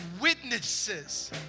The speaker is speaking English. witnesses